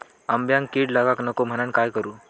आंब्यक कीड लागाक नको म्हनान काय करू?